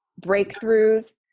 breakthroughs